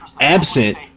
absent